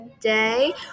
today